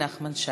נחמן שי.